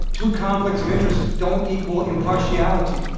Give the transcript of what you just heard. two conflicts of interest don't equal impartiality.